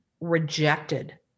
rejected